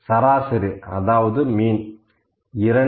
சராசரி அதாவது மீன் 2